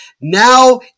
now